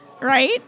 right